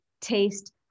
taste